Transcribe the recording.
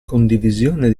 condivisione